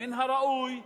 ומן הראוי,